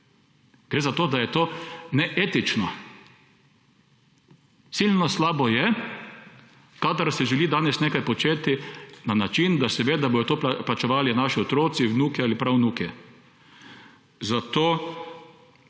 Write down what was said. Gre za to, da je to neetično. Silno slabo je, kadar si želi danes nekaj početi na način, da se ve, da bodo to plačevali naši otroci, vnuku ali pravnuki.